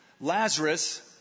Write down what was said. Lazarus